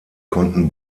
konnten